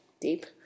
Deep